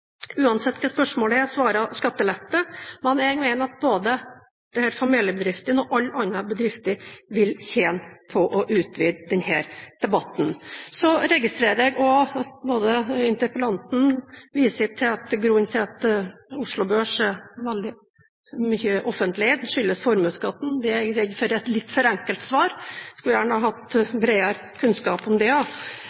uansett hva spørsmålet er, svarer: skattelette. Men jeg mener at både familiebedriftene og alle andre bedrifter vil tjene på å utvide denne debatten. Så registrerer jeg også at interpellanten viser til at grunnen til at Oslo Børs i stor grad er offentlig eid, er formuesskatten. Det er jeg redd er et litt for enkelt svar. Jeg skulle gjerne hatt